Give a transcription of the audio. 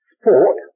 sport